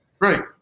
right